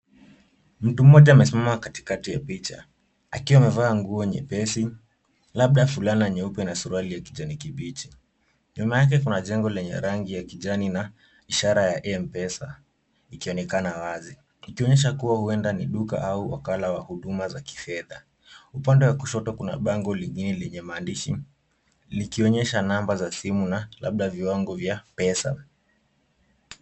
Mtu mmoja amesimama katikati ya picha akiwa amevaa nguo nyepesi labda fulana nyeupe na suruali ya kijani kibichi. Nyuma yake kuna jengo lenye rangi ya kijani na ishara ya M-Pesa ikionekana wazi ikionyesha kuwa huenda ni duka au wakala wa huduma za kifedha. Upande wa kushoto kuna bango lenye maandishi likioneyesha namba za simu na labda viwango vya pesa.